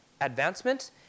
Advancement